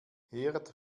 herd